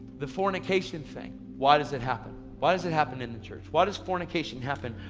the fornication thing, why does it happen? why does it happen in the church? why does fornication happen?